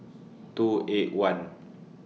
two eight one